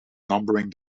numbering